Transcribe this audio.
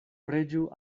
preĝu